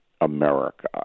America